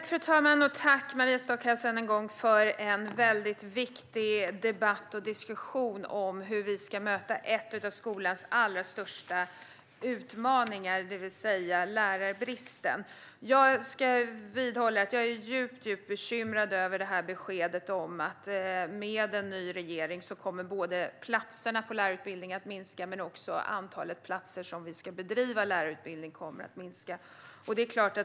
Fru talman! Tack än en gång, Maria Stockhaus, för en mycket viktig debatt och diskussion om hur vi ska möta en av skolans allra största utmaningar, det vill säga lärarbristen! Jag vidhåller att jag är djupt bekymrad över beskedet om att antalet platser på lärarutbildningen med en ny regering kommer att minska, liksom antalet platser som vi ska bedriva lärarutbildning på.